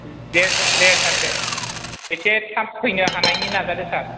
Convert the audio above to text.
दे सार दे एसे थाब फैनो हानायनि नाजादो सार